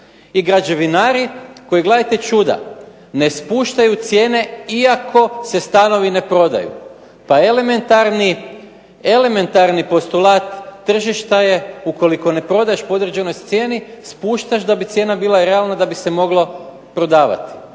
I građevinari koji gledajte čuda ne spuštaju cijene iako se stanovi ne prodaju. Pa elementarni postulat tržišta je ukoliko ne prodaš po određenoj cijeni spuštaš da bi cijena bila realna, da bi se moglo prodavati.